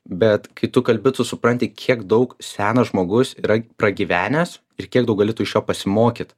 bet kai tu kalbi tu supranti kiek daug senas žmogus yra pragyvenęs ir kiek daug gali tu iš jo pasimokyt